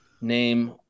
name